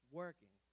working